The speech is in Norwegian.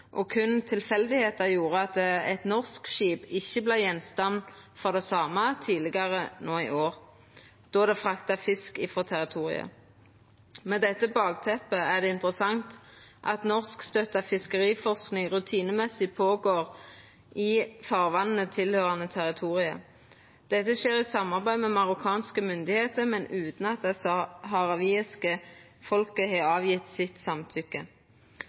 og det var berre tilfeldig at eit norsk skip ikkje vart gjenstand for det same tidlegare no i år, då det frakta fisk frå territoriet. Med dette bakteppet er det interessant at norskstøtta fiskeriforsking rutinemessig går føre seg i farvatn tilhøyrande territoriet. Dette skjer i samarbeid med marokkanske myndigheiter, men utan at det saharawiske folket har gjeve sitt samtykke.